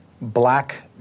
black